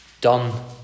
done